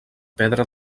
pedra